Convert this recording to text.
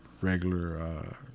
regular